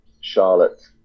Charlotte